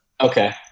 Okay